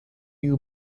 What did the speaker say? you